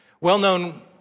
Well-known